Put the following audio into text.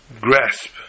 grasp